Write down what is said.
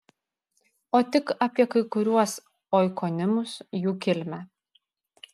o tik apie kai kuriuos oikonimus jų kilmę